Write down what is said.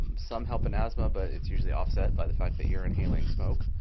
some help in asthma, but it's usually offset by the fact that you're inhaling smoke.